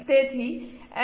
તેથી એસ